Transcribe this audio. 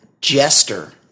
jester